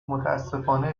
متأسفانه